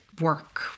work